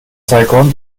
saigon